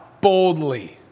boldly